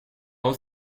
all